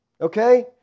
Okay